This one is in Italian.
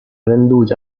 venduti